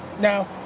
No